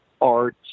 art